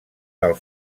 del